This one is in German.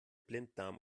blinddarm